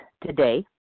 today